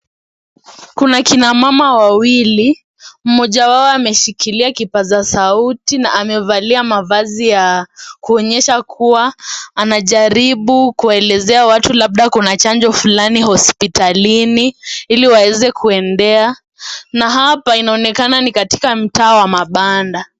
Kuna kina mama wawili, mmoja wao ameshikilia kipaza sauti na amevalia mavazi ya kuonyesha kuwa, anajaribu kuelezea watu labda kuna chanjo fulani hospitalini, ili waweze kuendea, na hapa inonekana nikatika mtaa wa mabanda.